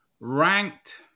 ranked